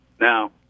Now